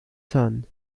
son